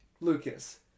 Lucas